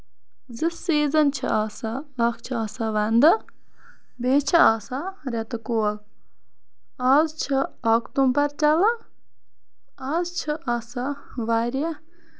زٕ سیٖزَن چھِ آسان اکھ چھُ آسان وَندٕ بیٚیہِ چھُ آسان رٮ۪تہٕ کول آز چھُ اَکتوٗمبر چَلان آز چھُ آسان واریاہ